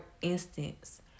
instance